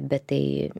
bet tai